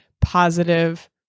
positive